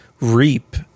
reap